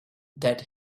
that